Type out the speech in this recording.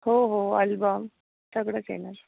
हो हो अल्बम सगळंच येणार